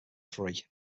free